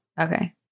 Okay